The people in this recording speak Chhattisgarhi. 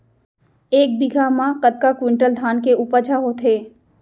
एक बीघा म कतका क्विंटल धान के उपज ह होथे?